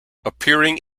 appearing